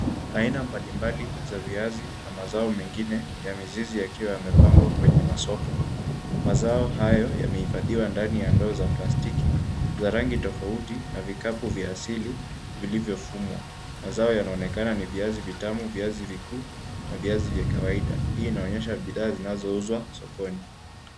Aina mbalimbali za viazi na mazao mengine ya mizizi yakiwa yamepangwa kwenye masoko. Mazao hayo yamehifadhiwa ndani ya ndoo za plastiki za rangi tofauti na vikapu vya asili vilivyofumwa. Mazao yanaonekana ni viazi vitamu, viazi vikuu na viazi vya kawaida. Hii inaonyesha bidhaa zinazouzwa sokoni.